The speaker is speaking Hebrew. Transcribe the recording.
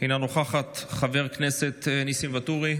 אינה נוכחת, חבר הכנסת ניסים ואטורי,